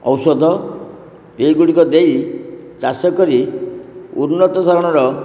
ଔଷଧ ଏଗୁଡ଼ିକ ଦେଇ ଚାଷ କରି ଉନ୍ନତ ଧରଣର